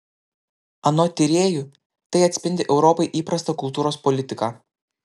anot tyrėjų tai atspindi europai įprastą kultūros politiką